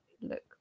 look